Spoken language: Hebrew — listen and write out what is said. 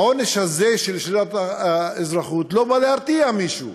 העונש הזה, של שלילת האזרחות, לא בא להרתיע מישהו,